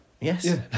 yes